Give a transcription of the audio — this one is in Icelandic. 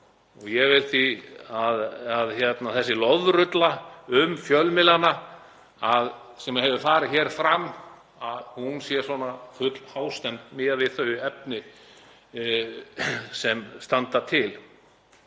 og ég held því að þessi lofrulla um fjölmiðlana sem hefur farið hér fram sé svona fullhástemmd miðað við þau efni sem standa til.